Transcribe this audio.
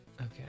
Okay